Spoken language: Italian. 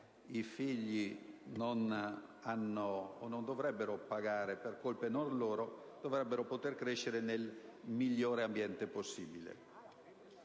i figli non dovrebbero pagare per colpe non loro, dovrebbero poter crescere nel migliore ambiente possibile.